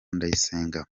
ndayisenga